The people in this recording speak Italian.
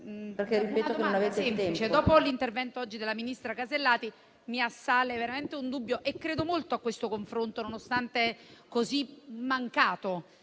dopo l'intervento della ministra Alberti Casellati mi assale veramente un dubbio e credo molto a questo confronto; nonostante sia così mancato,